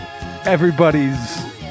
everybody's